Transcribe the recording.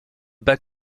bas